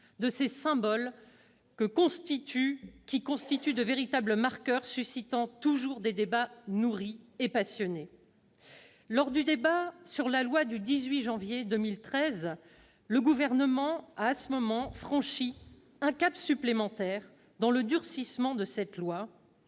de ces symboles qui constituent de véritables marqueurs, suscitant toujours des discussions denses et passionnées. Lors du débat sur la loi du 18 janvier 2013, le Gouvernement a franchi un cap supplémentaire dans le durcissement de cette loi.